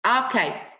okay